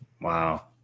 Wow